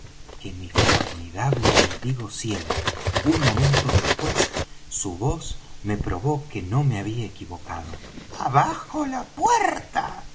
que mi formidable mendigo ciego un momento después su voz me probó que no me había equivocado abajo la puerta